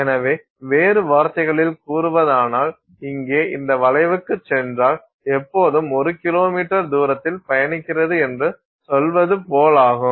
எனவே வேறு வார்த்தைகளில் கூறுவதானால் இங்கே இந்த வளைவுக்குச் சென்றால் எப்போதும் 1 கிலோமீட்டர் தூரத்தில் பயணிக்கிறது என்று சொல்வது போலாகும்